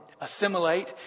assimilate